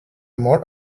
more